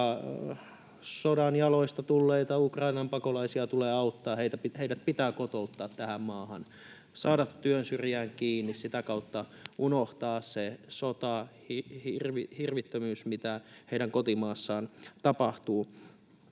sodan jaloista tulleita Ukrainan pakolaisia tulee auttaa. Heidät pitää kotouttaa tähän maahan, saada työn syrjään kiinni, sitä kautta unohtaa se sota, hirvittävyys, mitä heidän kotimaassaan tapahtuu.